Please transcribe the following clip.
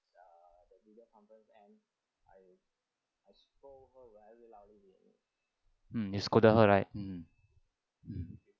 mm you scolded her right mm